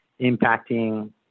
impacting